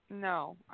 no